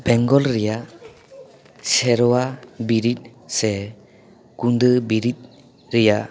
ᱵᱮᱝᱜᱚᱞ ᱨᱮᱭᱟᱜ ᱥᱮᱨᱣᱟ ᱵᱤᱨᱤᱫ ᱥᱮ ᱠᱩᱫᱟᱹᱣ ᱵᱤᱨᱤᱫ ᱨᱮᱭᱟᱜ